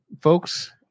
folks